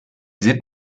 sind